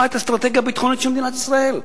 את האסטרטגיה הביטחונית של מדינת ישראל.